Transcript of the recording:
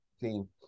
team